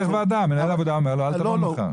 למה צריך ועדה ?מנהל הוועדה אומר לו אל תבוא מחר.